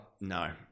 no